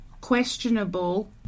questionable